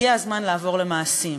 הגיע הזמן לעבור למעשים,